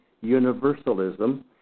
universalism